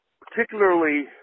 particularly